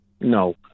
No